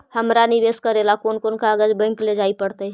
हमरा निवेश करे ल कोन कोन कागज बैक लेजाइ पड़तै?